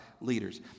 leaders